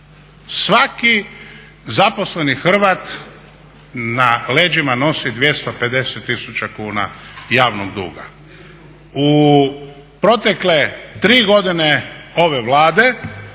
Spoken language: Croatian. svaki zaposleni Hrvat na leđima nosi 250 000 kuna javnog duga. U protekle 3 godine ove Vlade